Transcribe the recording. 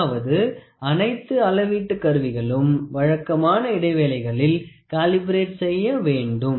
அதாவது அனைத்து அளவீட்டு கருவிகளும் வழக்கமான இடைவேளைகளில் காலிபரெட் செய்ய வேண்டும்